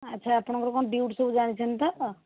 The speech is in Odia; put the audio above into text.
ଆଚ୍ଛା ଆପଣଙ୍କର କ'ଣ ଡିଉଟି ସବୁ ଜାଣିଛନ୍ତି ତ